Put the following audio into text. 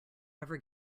ever